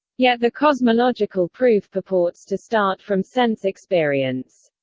yet the cosmological proof purports to start from sense experience.